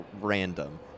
random